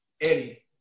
Eddie